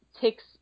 takes